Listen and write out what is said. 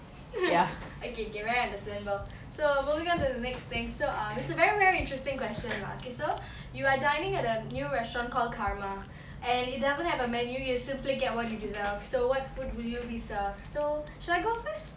okay okay very understandable so moving on to the next thing so err it's a very very interesting question lah okay so you are dining at the new restaurant called karma and it doesn't have a menu you simply get what do you deserved so what food you'll be served so shall I go first